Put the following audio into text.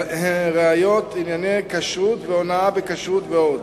ראיות, ענייני כשרות והונאה בכשרות ועוד.